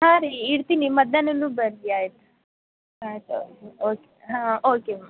ಹಾಂ ರೀ ಇರ್ತಿನಿ ಮಧ್ಯಾಹ್ನ ಬನ್ನಿ ಆಯ್ತು ಆಯ್ತಾ ಓಕೆ ಹಾಂ ಓಕೆ ಮ್ಯಾಮ್